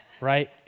Right